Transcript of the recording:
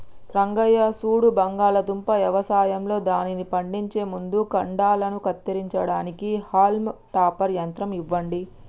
రంగయ్య సూడు బంగాళాదుంప యవసాయంలో దానిని పండించే ముందు కాండలను కత్తిరించడానికి హాల్మ్ టాపర్ యంత్రం ఇవ్వండి